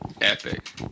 Epic